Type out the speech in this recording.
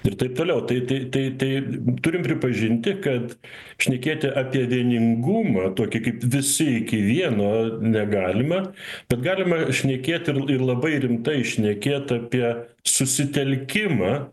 ir taip toliau tai tai tai turim pripažinti kad šnekėti apie vieningumą tokį kaip visi iki vieno negalima bet galima šnekėt ir l ir labai rimtai šnekėt apie susitelkimą